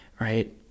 right